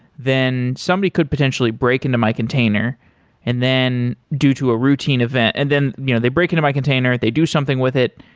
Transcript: then somebody could potentially break into my container and then do to a routine event, and then you know they break into my container, they do something with it,